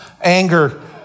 anger